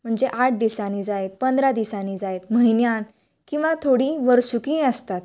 म्हणजे आठ दिसांनी जायत पंदरा दिसांनी जायत म्हयन्यान किंवां थोडी वर्सूकी आसतात